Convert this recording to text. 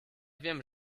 wiem